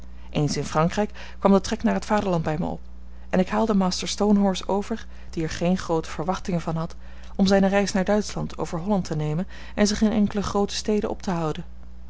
eens in frankrijk kwam de trek naar t vaderland bij mij op en ik haalde master stonehorse over die er geene groote verwachtingen van had om zijne reis naar duitschland over holland te nemen en zich in enkele groote steden op te houden